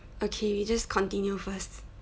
okay we just continue first